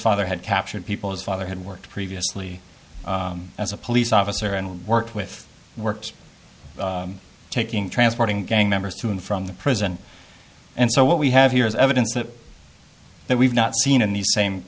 father had captured people's father had worked previously as a police officer and worked with worked taking transporting gang members to and from the prison and so what we have here is evidence that that we've not seen in these same